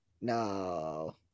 No